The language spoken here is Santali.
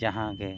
ᱡᱟᱦᱟᱸᱜᱮ